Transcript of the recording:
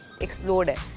explode